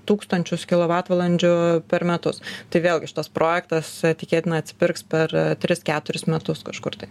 tūkstančius kilovatvalandžių per metus tai vėlgi šitas projektas tikėtina atsipirks per tris keturis metus kažkur tai